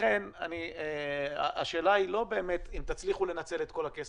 לכן השאלה היא לא באמת אם תצליחו לנצל את כל הכסף.